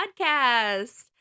podcast